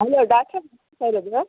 hello doctor sir ಅದು